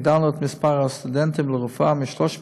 הגדלנו את מספר הסטודנטים לרפואה מ-300